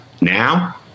Now